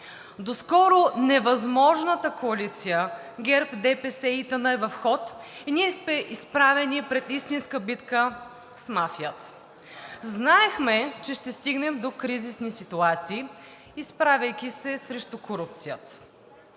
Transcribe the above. Доскоро невъзможната коалиция ГЕРБ – ДПС – ИТН е в ход и ние сме изправени пред истинска битка с мафията. Знаехме, че ще стигнем до кризисни ситуации, изправяйки се срещу корупцията.